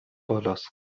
بالاست